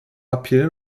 appeal